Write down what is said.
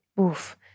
Oof